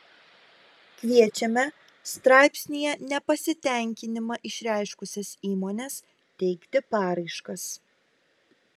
kviečiame straipsnyje nepasitenkinimą išreiškusias įmones teikti paraiškas